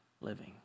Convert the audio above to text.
living